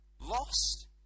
lost